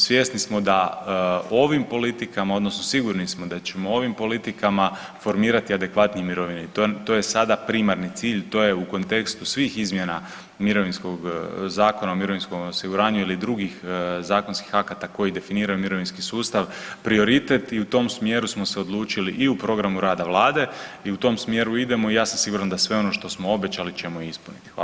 Svjesni smo da ovim politikama, odnosno sigurni smo da ćemo ovim politikama formirati adekvatnije mirovine i to je sada primarni cilj, to je u kontekstu svih izmjena mirovinskog, Zakona o mirovinskom osiguranju ili drugih zakonskih akata koji definiraju mirovinski sustav, prioritet i u tom smjeru smo se odlučili u programu rada Vlade i u tom smjeru idemo i ja sam siguran da sve ono što smo obećali ćemo i ispuniti.